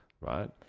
right